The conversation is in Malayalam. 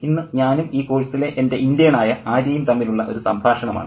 ഇന്ന് ഞാനും ഈ കോഴ്സിലെ എൻ്റെ ഇൻ്റേൺ ആയ ആര്യ യും തമ്മിലുള്ള ഒരു സംഭാഷണമാണ്